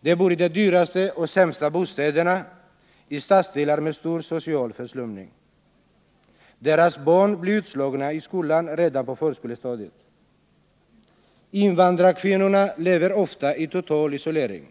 De bor i de dyraste och sämsta bostäderna i stadsdelar med stor social förslumning. Deras barn blir utslagna i skolan eller redan på förskolestadiet. Invandrarkvinnorna lever ofta i total isolering.